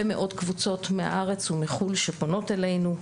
מאוד קבוצות מהארץ ומחו"ל שפונות אלינו,